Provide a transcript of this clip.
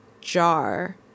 jar –